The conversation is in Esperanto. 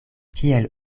kiel